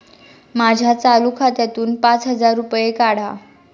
माझ्या चालू खात्यातून पाच हजार रुपये काढा